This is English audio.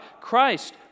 Christ